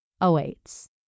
awaits